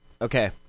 Okay